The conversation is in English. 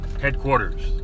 headquarters